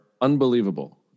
unbelievable